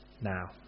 now